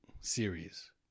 series